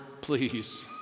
please